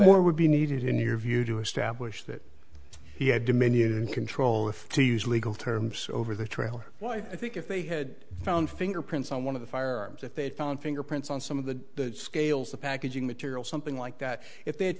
more would be needed in your view to establish that he had dominion and control if to use legal terms over the trailer well i think if they had found fingerprints on one of the firearms that they'd found fingerprints on some of the scales the packaging material something like that if they